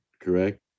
correct